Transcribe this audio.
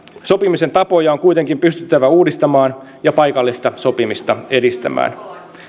sopimisen tapoja on kuitenkin pystyttävä uudistamaan ja paikallista sopimista edistämään